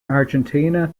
argentina